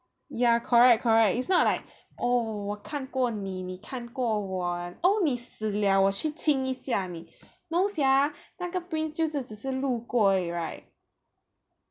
ya correct correct it's not like oh 我看过你你看过我 oh 你死了我去亲一下你 no sia 那个 prince 就是只是路过而已 right